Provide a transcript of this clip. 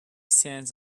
cents